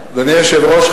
היושב-ראש,